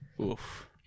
oof